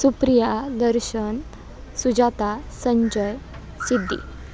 Supriya Darshan Sujata Sanjay Siddi